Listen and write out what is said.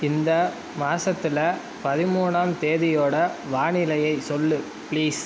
இந்த மாசத்தில் பதிமூணாம் தேதியோட வானிலையை சொல் பிளீஸ்